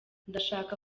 ndashaka